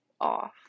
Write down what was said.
off